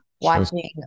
watching